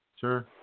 Sure